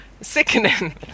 sickening